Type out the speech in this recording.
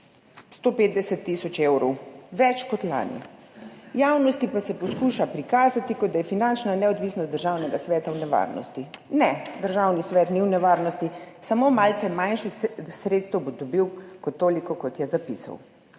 150 tisoč evrov več kot lani. Javnosti pa se poskuša prikazati, kot da je finančna neodvisnost Državnega sveta v nevarnosti. Ne, Državni svet ni v nevarnosti, samo malce manj sredstev bo dobil kot toliko, kot je zapisal.